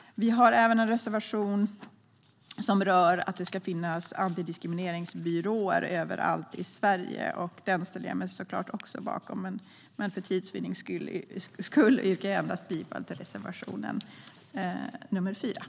Vår reservation 5 handlar om att det ska finnas antidiskriminerings-byråer överallt i Sverige. Den står jag såklart också bakom. Herr talman! För tids vinnande yrkar jag bifall endast till reservation 5.